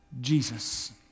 Jesus